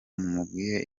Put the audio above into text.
mumubwire